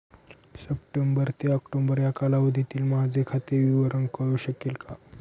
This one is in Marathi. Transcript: सप्टेंबर ते ऑक्टोबर या कालावधीतील माझे खाते विवरण कळू शकेल का?